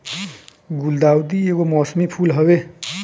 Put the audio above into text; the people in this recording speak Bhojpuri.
गुलदाउदी एगो मौसमी फूल हवे